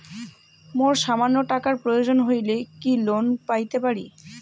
মোর সামান্য টাকার প্রয়োজন হইলে কি লোন পাইতে পারি?